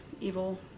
evil